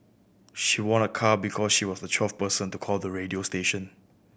she won a car because she was the twelfth person to call the radio station